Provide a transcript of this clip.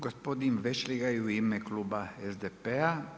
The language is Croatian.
Gospodin Vešligaj u ime kluba SDP-a.